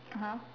(uh huh)